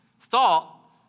thought